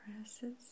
presses